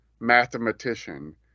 mathematician